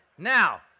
Now